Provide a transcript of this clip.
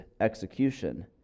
execution